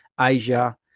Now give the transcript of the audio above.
asia